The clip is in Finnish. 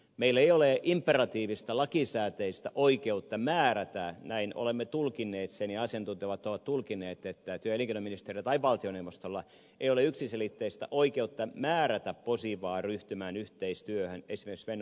meillä ei ole imperatiivista lakisääteistä oikeutta määrätä näin olemme sen tulkinneet ja asiantuntijat ovat tulkinneet että työ ja elinkeino ministeriöllä tai valtioneuvostolla ei ole yksiselitteistä oikeutta määrätä posivaa ryhtymään yhteistyöhön esimerkiksi fennovoiman kanssa